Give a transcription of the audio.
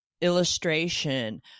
illustration